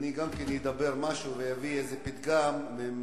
אני גם כן אומר משהו ואביא איזה פתגם מחז"ל,